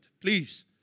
please